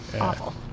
awful